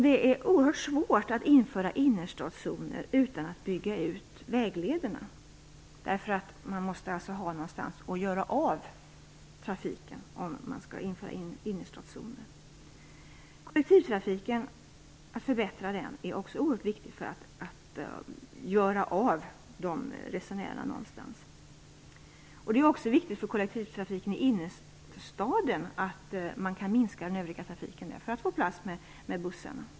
Det är oerhört svårt att införa innerstadszoner utan att bygga ut väglederna. Om man skall införa innerstadszoner måste man ha någonstans att leda trafiken. Att förbättra kollektivtrafiken är också oerhört viktigt för resenärerna. Det är också viktigt för kollektivtrafiken i innerstaden att man där kan minska den övriga trafiken för att ge plats åt bussarna.